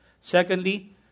Secondly